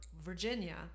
Virginia